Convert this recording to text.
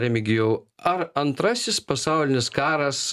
remigijau ar antrasis pasaulinis karas